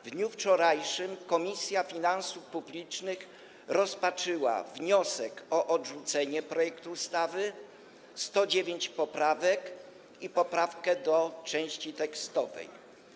W dniu wczorajszym Komisja Finansów Publicznych rozpatrzyła wniosek o odrzucenie projektu ustawy, 109 poprawek i poprawkę do części tekstowej.